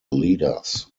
leaders